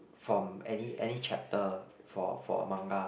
from any any chapter for for a manga